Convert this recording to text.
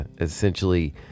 Essentially